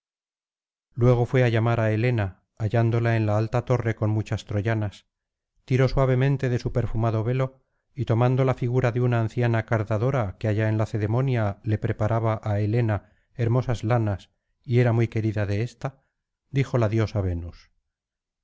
luego fué á llamar á helena hallándola en la alta torre con muchas troyanas tiró suavemente de su perfumado velo y tomando la figura de una anciana cardadora que allá en lacedemonia le preparaba á helena hermosas lanas y era muy querida de ésta dijo la diosa venus